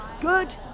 good